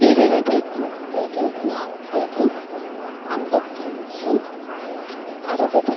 ഇരുപത് മുപ്പത് നാൽപ്പത് അമ്പത്തി അഞ്ച് അറുപത്